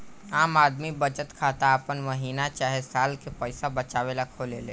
आम आदमी बचत खाता आपन महीना चाहे साल के पईसा बचावे ला खोलेले